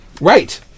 Right